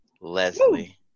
Leslie